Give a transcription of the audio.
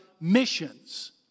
missions